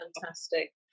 fantastic